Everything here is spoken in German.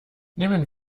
nehmen